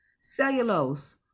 cellulose